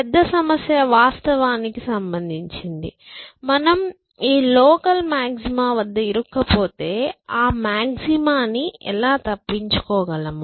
పెద్ద సమస్య వాస్తవానికి సంబంధించినది మనం ఈ లోకల్ మాగ్జిమా వద్ద ఇరుక్కుపోతే ఆ మాక్సిమా ని ఎలా తప్పించుకోగలము